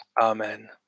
Amen